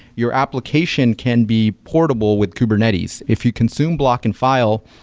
your application can be portable with kubernetes. if you consume block and file,